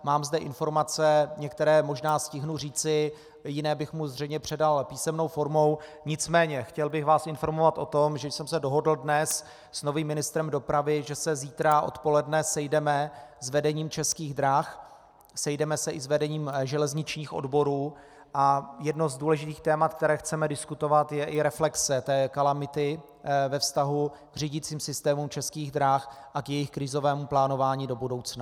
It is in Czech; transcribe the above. Mám zde informace, některé možná stihnu říci, jiné bych mu zřejmě předal písemnou formou, nicméně chtěl bych vás informovat o tom, že jsem se dohodl dnes s novým ministrem dopravy, že se zítra odpoledne sejdeme s vedením Českých drah, sejdeme se i s vedením železničních odborů a jedno z důležitých téma, které chceme diskutovat, je i reflexe kalamity ve vztahu k řídicím systémům Českých drah a k jejich krizovému plánování do budoucna.